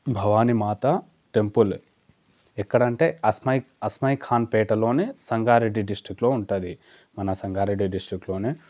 Bhavani Mata temple ఎక్కడ అంటే అస్మయి అస్మయి ఖాన్ పేటలోని సంగారెడ్డి డిస్ట్రిక్లో ఉంటుంది మన సంగారెడ్డి డిస్ట్రిక్లోనే